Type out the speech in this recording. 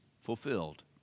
fulfilled